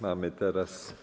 Mamy teraz.